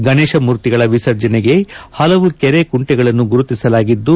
ಗಣೇಶ ಮೂರ್ತಿಗಳ ವಿಸರ್ಜನೆಗೆ ಪಲವು ಕೆರೆ ಕುಂಟೆಗಳನ್ನು ಗುರುತಿಸಲಾಗಿದ್ದು